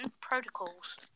protocols